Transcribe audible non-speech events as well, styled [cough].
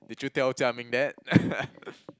did you tell Jia-Ming that [laughs]